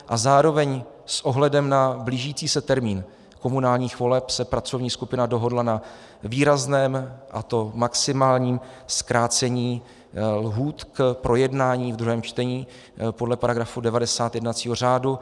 A zároveň s ohledem na blížící se termín komunálních voleb se pracovní skupina dohodla na výrazném, a to maximálním, zkrácení lhůt k projednání ve druhém čtení podle § 90 jednacího řádu.